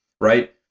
Right